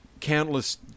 countless